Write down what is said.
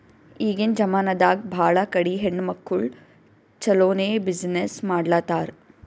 ಈಗಿನ್ ಜಮಾನಾದಾಗ್ ಭಾಳ ಕಡಿ ಹೆಣ್ಮಕ್ಕುಳ್ ಛಲೋನೆ ಬಿಸಿನ್ನೆಸ್ ಮಾಡ್ಲಾತಾರ್